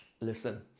listen